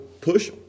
push